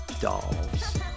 Dolls